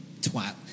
twat